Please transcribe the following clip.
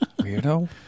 weirdo